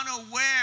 unaware